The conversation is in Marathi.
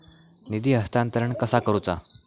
निधी हस्तांतरण कसा करुचा?